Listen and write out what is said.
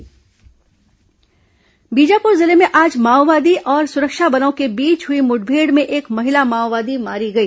माओवादी मुठभेड़ बीजापुर जिले में आज माओवादियों और सुरक्षा बलों के बीच हुई मुठभेड़ में एक महिला माओवादी मारी गई